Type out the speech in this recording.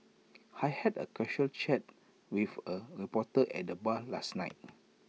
I had A casual chat with A reporter at the bar last night